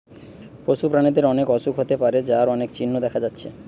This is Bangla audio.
পশু প্রাণীদের অনেক অসুখ হতে পারে যার অনেক চিহ্ন দেখা যাচ্ছে